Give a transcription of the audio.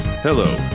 Hello